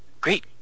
Great